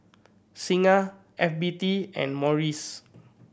Singha F B T and Morries